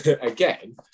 again